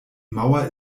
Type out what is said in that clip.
mauer